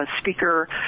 speaker